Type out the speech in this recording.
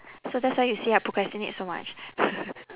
so that's why you see I procrastinate so much